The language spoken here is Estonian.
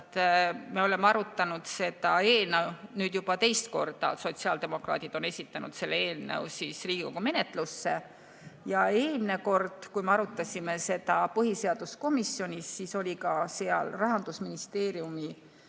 et me arutasime seda eelnõu nüüd juba teist korda. Sotsiaaldemokraadid on esitanud selle eelnõu Riigikogu menetlusse. Ja eelmine kord, kui me arutasime seda põhiseaduskomisjonis, siis oli seal ka Rahandusministeeriumi